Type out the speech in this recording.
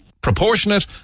proportionate